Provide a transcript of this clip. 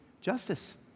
justice